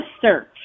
search